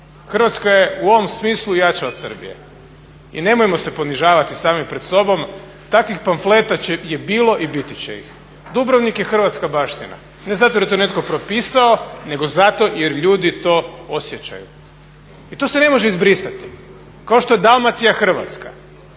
Hrvatska je u ovom smislu jača od Srbije. I nemojmo se ponižavati sami pred sobom, takvih pamfleta je bilo i biti će ih. Dubrovnik je hrvatska baština. Ne zato jer je to netko propisao nego zato jer ljudi to osjećaju. I to se ne može izbrisati. Kao što je Dalmacija Hrvatska.